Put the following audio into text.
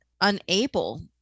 unable